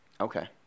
Okay